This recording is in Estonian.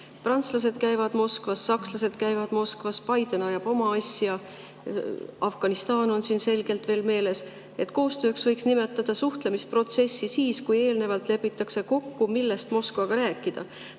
Prantslased käivad Moskvas, sakslased käivad Moskvas, Biden ajab oma asja, Afganistan on siin selgelt veel meeles. Koostööks võiks nimetada suhtlemisprotsessi siis, kui eelnevalt lepitakse kokku, millest Moskvaga rääkida.